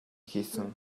хийсэн